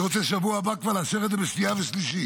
בשבוע הבא אני רוצה כבר לאשר את זה בשנייה ושלישית.